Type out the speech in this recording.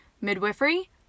midwifery